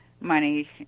money